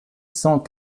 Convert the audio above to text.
cent